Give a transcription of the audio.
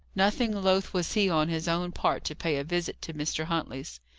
nothing loth was he, on his own part, to pay a visit to mr. huntley's.